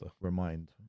remind